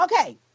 Okay